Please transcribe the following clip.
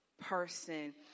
person